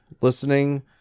listening